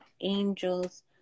angels